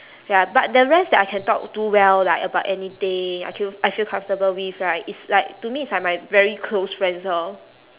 ya but the rest that I can talk to well like about anything I ca~ I feel comfortable with right is like to me is like my very close friends lor